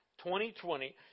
2020